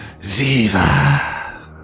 Ziva